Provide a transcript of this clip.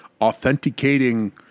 authenticating